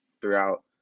throughout